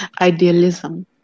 idealism